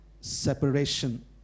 separation